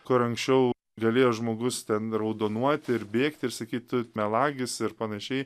kur anksčiau galėjo žmogus ten raudonuoti ir bėgti ir sakyt melagis ir panašiai